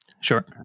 Sure